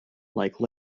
like